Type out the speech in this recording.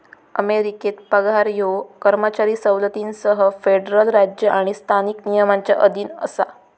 अमेरिकेत पगार ह्यो कर्मचारी सवलतींसह फेडरल राज्य आणि स्थानिक नियमांच्या अधीन असा